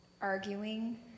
arguing